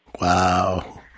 wow